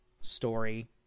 story